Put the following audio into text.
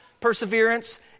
perseverance